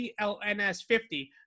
CLNS50